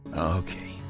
okay